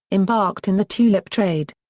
embarked in the tulip trade.